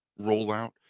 rollout